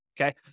okay